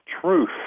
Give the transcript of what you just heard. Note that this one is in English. truth